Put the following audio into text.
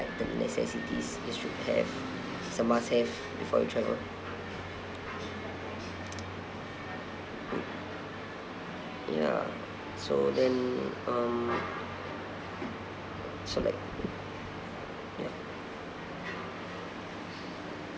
the necessities you should have it's a must-have before you travel ya so then um so like ya